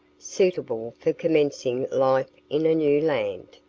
suitable for commencing life in a new land.